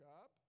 up